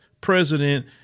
president